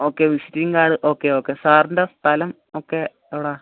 okay visiting card okay okay സാറിൻ്റെ സ്ഥലം okay എവിടെയാണ്